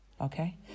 Okay